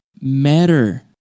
matter